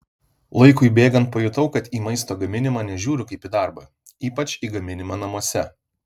laikui bėgant pajutau kad į maisto gaminimą nežiūriu kaip į darbą ypač į gaminimą namuose